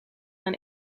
een